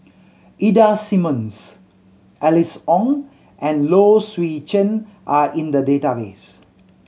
Ida Simmons Alice Ong and Low Swee Chen are in the database